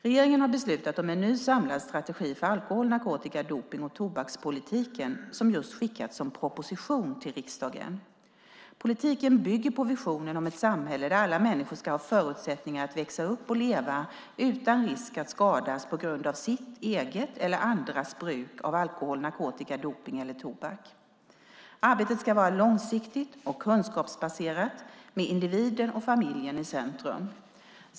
Regeringen har beslutat om en ny samlad strategi för alkohol-, narkotika-, dopnings och tobakspolitiken som just skickats som proposition till riksdagen. Politiken bygger på visionen om ett samhälle där alla människor ska ha förutsättningar att växa upp och leva utan risk att skadas på grund av sitt eget eller andras bruk av alkohol, narkotika, dopning eller tobak. Arbetet ska vara långsiktigt och kunskapsbaserat med individen och familjen i centrum.